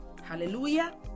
Hallelujah